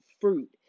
fruit